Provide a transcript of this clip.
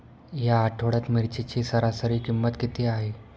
या आठवड्यात मिरचीची सरासरी किंमत किती आहे?